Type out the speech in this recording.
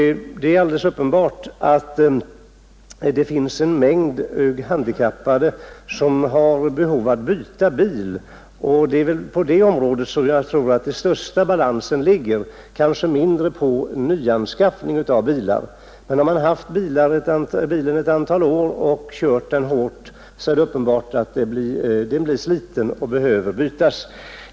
Det är alldeles uppenbart att det finns en mängd handikappade som behöver byta bil. Jag tror den nämnda balansen främst gäller detta behov och i mindre utsträckning nyanskaffning av bilar. När vederbörande haft bilen ett antal år och har kört den hårt blir den givetvis sliten och behöver bytas.